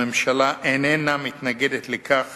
הממשלה איננה מתנגדת לכך